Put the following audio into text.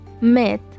myth